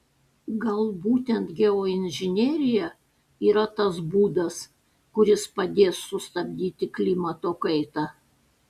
gal būtent geoinžinerija yra tas būdas kuris padės sustabdyti klimato kaitą